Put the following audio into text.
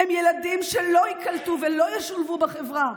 הם ילדים שלא ייקלטו ולא ישולבו בחברה,